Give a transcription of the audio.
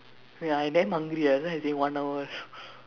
ya I damn hungry ah that's why I say one hour